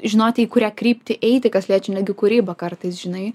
žinoti į kurią kryptį eiti kas liečia netgi kūryba kartais žinai